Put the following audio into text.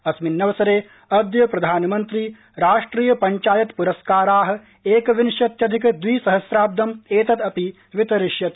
अस्मिन्नवसरे अद्य प्रधानमन्त्री राष्ट्रिय पञ्चायत पुरस्काराः एकविंशत्यधिक द्विसहस्राब्दम् एतदपि वितरिष्यति